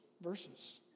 verses